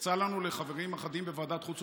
יצא לנו, לחברים אחדים בוועדת החוץ והביטחון,